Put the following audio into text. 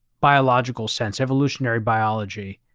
biological sense, evolutionary biology,